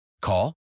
Call